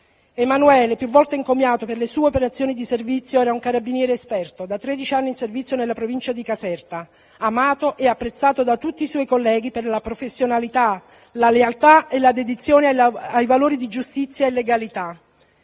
Emanuele, più volte encomiato per le sue operazioni di servizio, era un carabiniere esperto, da tredici anni in servizio nella provincia di Caserta, amato e apprezzato da tutti i suoi colleghi per la professionalità, la lealtà e la dedizione ai valori di giustizia e legalità.